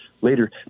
later